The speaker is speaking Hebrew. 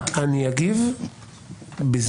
אני אגיב בזמני.